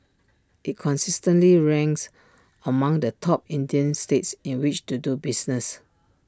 IT consistently ranks among the top Indian states in which to do business